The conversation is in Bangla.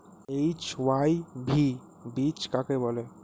এইচ.ওয়াই.ভি বীজ কাকে বলে?